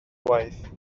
waith